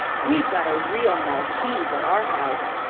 we've got a real maltese at our house.